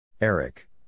Eric